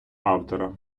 автора